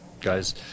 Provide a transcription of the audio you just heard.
guys